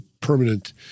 permanent